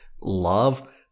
Love